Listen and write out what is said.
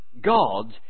God